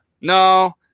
No